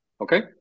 Okay